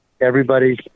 everybody's